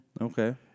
Okay